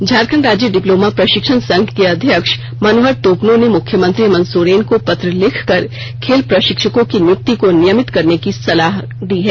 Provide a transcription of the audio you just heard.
झारखंड राज्य डिप्लोमा प्रशिक्षण संघ के अध्यक्ष मनोहर तोपनो ने मुख्यमंत्री हेमंत सोरेन को पत्र लिखकर खेल प्रशिक्षकों की नियुक्ति को नियमित करने का आग्रह किया है